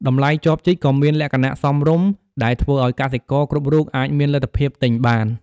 តម្លៃចបជីកក៏មានលក្ខណៈសមរម្យ ដែលធ្វើឱ្យកសិករគ្រប់រូបអាចមានលទ្ធភាពទិញបាន។